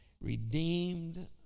redeemed